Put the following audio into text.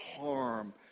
harm